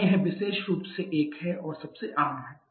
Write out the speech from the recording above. यहाँ यह विशेष रूप से एक है और यह सबसे आम है